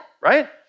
right